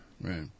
Right